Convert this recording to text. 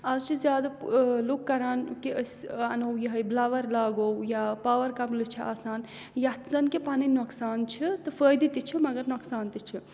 آز چھِ زیادٕ لُکھ کَران کہِ أسۍ اَنہٕ ہو یِہوٚے بٕلَوَر لاگو یا پاوَر کَملہٕ چھِ آسان یَتھ زَن کہِ پَنٕنۍ نۄقصان چھِ تہٕ فٲیدٕ تہِ چھِ مگر نۄقصان تہِ چھِ